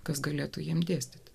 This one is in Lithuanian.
kas galėtų jiems dėstyti